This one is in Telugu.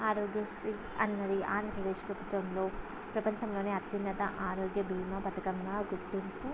ఆరోగ్యశ్రీ అన్నది ఆంధ్రప్రదేశ్ ప్రభుత్వంలో ప్రపంచంలోనే అత్యున్నత ఆరోగ్య భీమా పథకంగా గుర్తింపు